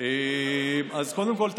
קודם כול,